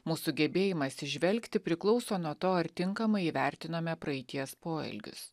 mūsų gebėjimas įžvelgti priklauso nuo to ar tinkamai įvertinome praeities poelgius